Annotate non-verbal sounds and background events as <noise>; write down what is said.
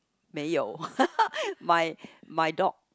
没有 <laughs> my my dog